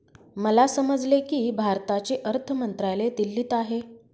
मला समजले की भारताचे अर्थ मंत्रालय दिल्लीत आहे